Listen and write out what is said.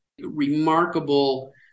remarkable